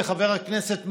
וחבר הכנסת מרגי,